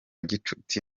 gicuti